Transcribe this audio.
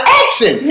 action